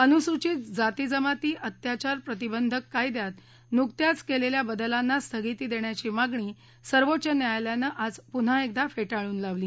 अनुसूचित जाति जमाती अत्याचार प्रतिबंधक कायद्यात नुकत्याच केलेल्या बदलांना स्थगिती देण्याची मागणी सर्वोच्च न्यायालयान आज पुन्हा एकदा फेटाळून लावली